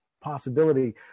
possibility